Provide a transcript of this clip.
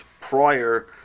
prior